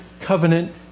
covenant